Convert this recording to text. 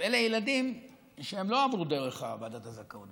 ואלה ילדים שלא עברו דרך ועדת הזכאות.